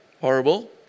horrible